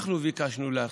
אנחנו ביקשנו להחיל.